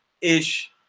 ish